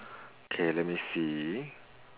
okay let me see